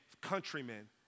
countrymen